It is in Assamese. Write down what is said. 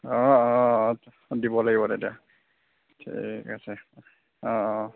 অঁ অঁ অঁ দিব লাগিব তেতিয়া ঠিক আছে অঁ অঁ